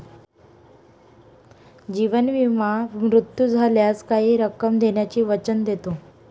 जीवन विमा मृत्यू झाल्यास काही रक्कम देण्याचे वचन देतो